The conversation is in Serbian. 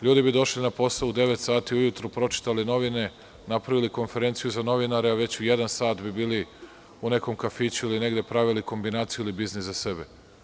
Ljudi bi došli na posao u 09.00 časova, pročitali novine, napravili konferenciju za novinare, a već u 13.00 časova bi bili u nekom kafiću ili negde pravili kombinaciju ili biznis za sebe.